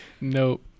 Nope